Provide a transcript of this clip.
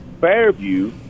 Fairview